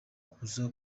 kuza